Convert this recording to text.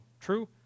True